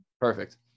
Perfect